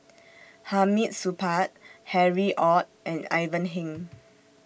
Hamid Supaat Harry ORD and Ivan Heng